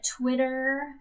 Twitter